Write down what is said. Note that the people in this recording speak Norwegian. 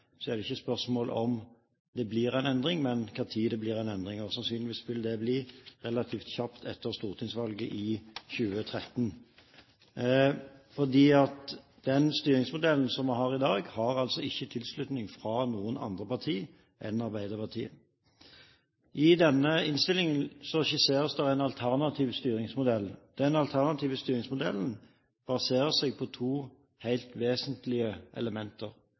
så lenge det kun er ett parti i denne sal, nemlig Arbeiderpartiet, som fortsatt støtter dagens styringsmodell, er det jo ikke spørsmål om det blir en endring, men om når det blir en endring. Sannsynligvis vil det bli relativt kjapt etter stortingsvalget i 2013. Den styringsmodellen som vi har i dag, har altså ikke tilslutning fra noe annet parti enn Arbeiderpartiet. I denne innstillingen skisseres det en alternativ styringsmodell. Den alternative styringsmodellen baserer seg på to